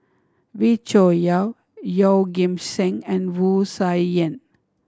Wee Cho Yaw Yeoh Ghim Seng and Wu Tsai Yen